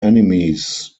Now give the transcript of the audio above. enemies